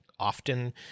often